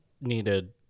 needed